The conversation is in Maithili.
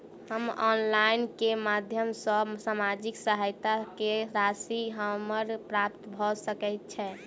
हम ऑनलाइन केँ माध्यम सँ सामाजिक सहायता केँ राशि हमरा प्राप्त भऽ सकै छै?